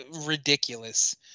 ridiculous